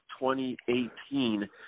2018